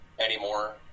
anymore